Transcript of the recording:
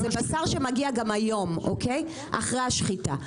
זה בשר שמגיע גם היום אחרי השחיטה,